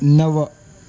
नव